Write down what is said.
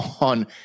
on